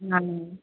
हां